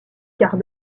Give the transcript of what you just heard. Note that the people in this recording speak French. quarts